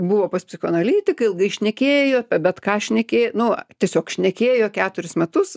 buvo pas psichoanalitiką ilgai šnekėjo apie bet ką šnekėjo nu va tiesiog šnekėjo keturis metus